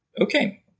Okay